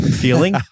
feeling